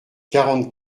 quarante